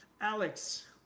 Alex